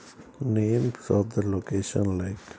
names of the location like